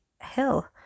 Hill